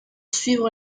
suivre